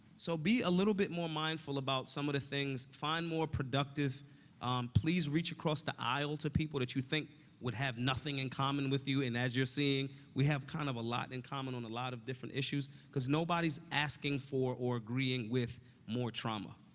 so be a little bit more mindful about some of the things. find more productive please reach across the aisle to people that you think would have nothing in common with you, and as you're seeing, we have kind of a lot in common on a lot of different issues cause nobody's asking for or agreeing with more trauma,